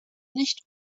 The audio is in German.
nicht